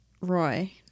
roy